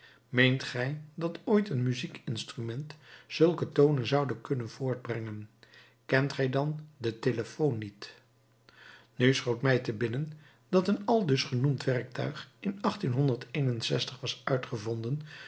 meent gij dat ooit een muziekinstrument zulke toonen zoude kunnen voortbrengen kent gij dan den telephone niet nu schoot mij te binnen dat een aldus genoemd werktuig in was uitgevonden